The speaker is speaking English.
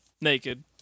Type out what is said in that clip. naked